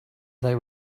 they